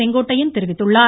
செங்கோட்டையன் தெரிவித்துள்ளார்